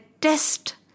test